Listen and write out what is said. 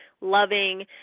loving